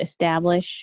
establish